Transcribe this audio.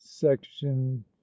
section